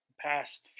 past